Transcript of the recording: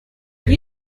have